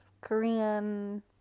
Korean